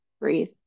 breathe